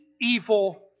evil